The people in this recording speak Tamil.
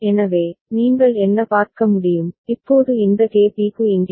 எனவே நீங்கள் என்ன பார்க்க முடியும் இப்போது இந்த KB க்கு இங்கே